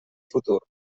futur